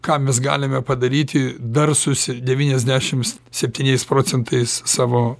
ką mes galime padaryti dar susi devyniasdešims septyniais procentais savo